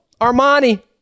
Armani